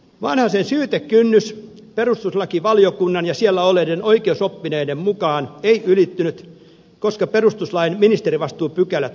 vanhasen syytekynnys perustuslakivaliokunnan ja siellä olleiden oikeusoppineiden mukaan ei ylittynyt koska perustuslain ministerivastuupykälät ovat korkeat